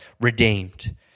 redeemed